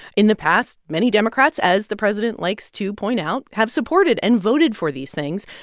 in the past, many democrats, as the president likes to point out, have supported and voted for these things,